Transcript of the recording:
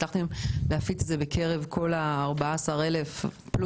הצלחתם להפיץ את זה בקרב כל 14,500 האנשים?